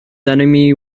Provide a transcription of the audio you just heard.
enemy